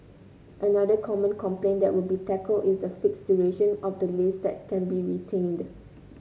another common complaint that would be tackled is the fixed duration of the lease that can be retained